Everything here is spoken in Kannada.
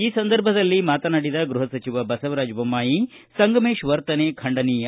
ಈ ಸಂದರ್ಭದಲ್ಲಿ ಮಾತನಾಡಿದ ಗೃಹ ಸಚಿವ ಬಸವರಾಜ ಬೊಮ್ಮಾಯಿ ಸಂಗಮೇಶ್ ವರ್ತನೆ ಖಂಡನೀಯ